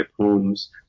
poems